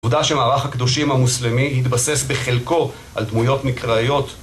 עבודה שמערך הקדושים המוסלמי התבסס בחלקו על דמויות מקראיות